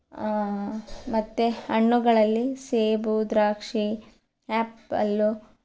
ಮತ್ತೆ ಹಣ್ಣುಗಳಲ್ಲಿ ಸೇಬು ದ್ರಾಕ್ಷಿ ಆ್ಯಪಲು